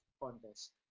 contest